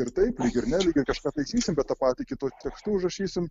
ir taip lyg ir ne lyg ir kažką taisysim bet tą patį kitu tekstu užrašysim